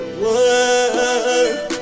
word